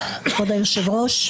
כבוד היושב-ראש.